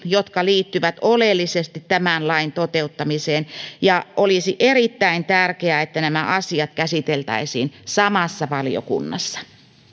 jotka liittyvät oleellisesti tämän lain toteuttamiseen ja olisi erittäin tärkeää että nämä asiat käsiteltäisiin samassa valiokunnassa